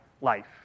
life